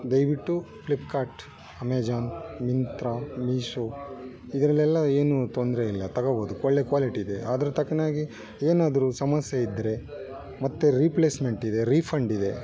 ದಯವಿಟ್ಟು Flipkart Amazon Myntra Meesho ಇದರಲ್ಲೆಲ್ಲ ಏನು ತೊಂದರೆ ಇಲ್ಲ ತೊಗೊಬೋದು ಒಳ್ಳೆ ಕ್ವಾಲಿಟಿ ಇದೆ ಆದ್ರೆ ತಕ್ನಾಗಿ ಏನಾದ್ರು ಸಮಸ್ಯೆ ಇದ್ರೆ ಮತ್ತೆ ರೀಪ್ಲೇಸ್ಮೆಂಟ್ ಇದೆ ರೀಫಂಡ್ ಇದೆ